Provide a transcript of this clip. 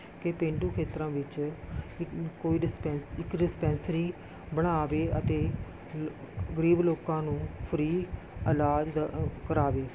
ਕਿ ਪੇਂਡੂ ਖੇਤਰਾਂ ਵਿੱਚ ਇੱਕ ਕੋਈ ਡਿਸਪੈਂਸਰੀ ਇੱਕ ਡਿਸਪੈਂਸਰੀ ਬਣਾਵੇ ਅਤੇ ਗਰੀਬ ਲੋਕਾਂ ਨੂੰ ਫ੍ਰੀ ਇਲਾਜ ਦਾ ਕਰਾਵੇ